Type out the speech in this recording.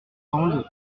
tendent